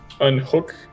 unhook